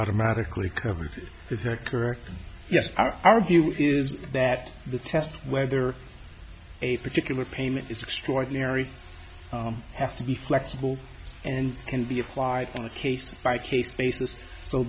automatically covered is that correct yes our view is that the test whether a particular payment is extraordinary has to be flexible and can be applied in a case by case basis so